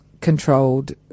controlled